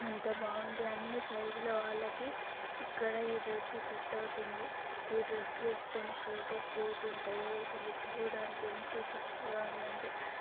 అంత బాగుంది అన్ని సైజుల వాళ్ళకి ఇక్కడ ఈ డ్రెస్సు సెట్ అవుతుంది ఈ డ్రెస్ వేసుకొని ఫొటోస్ దిగుతుంటే అసలు చూడటానికి ఎంత చక్కగా ఉందంటే